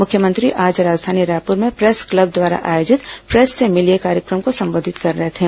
मुख्यमंत्री आज राजधानी रायपूर में प्रेस क्लब द्वारा आयोजित प्रेस से मिलिए कार्यक्रम को संबोधित कर रहे थे